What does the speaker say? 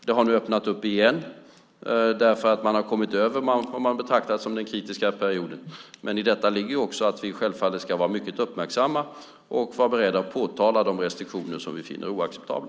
Det har nu öppnats upp igen därför att man har kommit över vad man betraktar som den kritiska perioden. Men i detta ligger också att vi självfallet ska vara mycket uppmärksamma och vara beredda att påtala de restriktioner som vi finner oacceptabla.